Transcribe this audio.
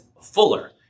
fuller